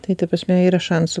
tai ta prasme yra šansų